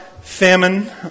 famine